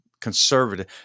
conservative